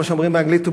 כמו שאומרים באנגלית,